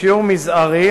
בשיעור מזערי,